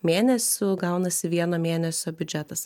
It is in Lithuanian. mėnesių gaunasi vieno mėnesio biudžetas